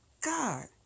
God